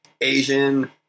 Asian